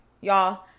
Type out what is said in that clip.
y'all